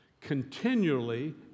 continually